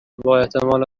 باحتمال